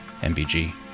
MBG